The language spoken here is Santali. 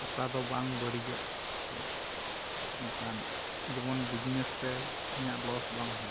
ᱚᱠᱟ ᱫᱚ ᱵᱟᱝ ᱵᱟᱹᱲᱤᱡᱚᱜ ᱥᱮ ᱚᱱᱠᱟᱱ ᱡᱮᱢᱚᱱ ᱵᱤᱡᱽᱱᱮᱥ ᱨᱮ ᱤᱧᱟᱹᱜ ᱞᱚᱥ ᱵᱟᱝ ᱦᱩᱭᱩᱜ